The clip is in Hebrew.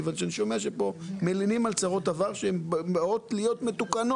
כיוון שאני שומע שמלינים פה על צרות עבר שבאות להיות מתוקנות.